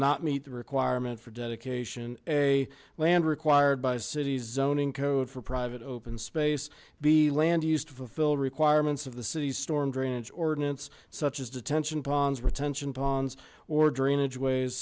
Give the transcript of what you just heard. not meet the requirement for dedication a land required by cities owning code for private open space be land used to fulfill requirements of the city's storm drainage ordinance such as detention ponds retention ponds or drainage ways